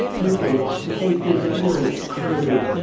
over it the vapours of night crowded,